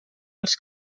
als